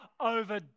over